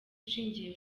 ishingiye